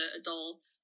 adults